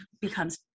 becomes